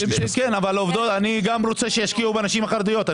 אני גם רוצה שישקיעו בנשים החרדיות.